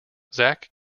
zach